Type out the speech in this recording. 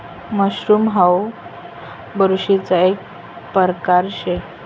mushroom हाऊ बुरशीना एक परकार शे